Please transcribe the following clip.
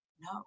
No